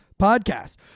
podcast